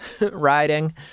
riding